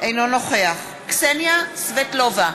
כנסת נכבדה,